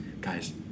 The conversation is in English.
Guys